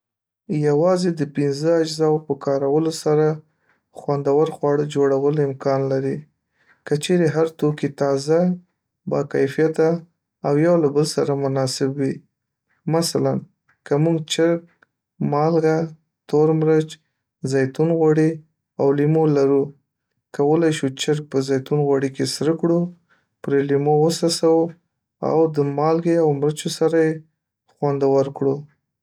یوازې د پنځه اجزاوو په کارولو سره خوندور خواړه جوړول امکان لري که چیرې هر توکی تازه، باکیفیته او یو له بله سره مناسب وي. مثلاً که موږ چرګ، مالګه، تور مرچ، زیتون غوړي، او لیمو لرو، کولای شو چرګ په زیتون غوړي کې سره کړو، پرې لیمو وڅڅوو او د مالګې او مرچو سره‌ یې خوندور کړو.